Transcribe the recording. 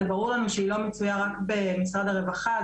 זה ברור לנו שהיא לא מצויה רק במשרד הרווחה.